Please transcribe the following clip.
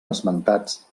esmentats